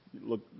look